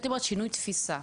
הייתי אומרת שינוי תפיסה.